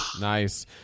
Nice